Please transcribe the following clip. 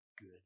good